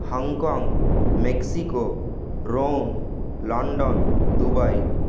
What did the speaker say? Hong Kong Mexico Rome London Dubai